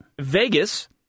Vegas